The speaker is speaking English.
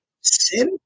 sin